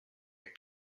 are